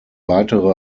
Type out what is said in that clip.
weitere